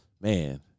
Man